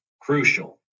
crucial